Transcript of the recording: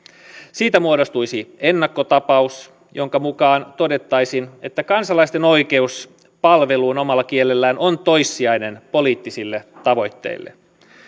siitä muodostuisi ennakkotapaus jonka mukaan todettaisiin että kansalaisten oikeus palveluun omalla kielellään on toissijainen poliittisille tavoitteille